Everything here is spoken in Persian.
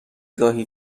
گاهی